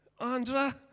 Andra